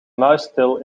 muisstil